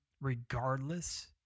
regardless